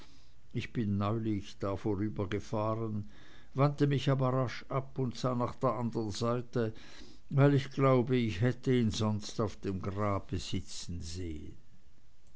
ich bin neulich da vorübergefahren wandte mich aber rasch ab und sah nach der andern seite weil ich glaube ich hätte ihn sonst auf dem grabe sitzen sehen